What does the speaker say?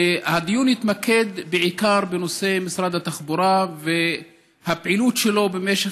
הדיון התמקד בעיקר בנושא משרד התחבורה והפעילות שלו במשך